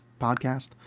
podcast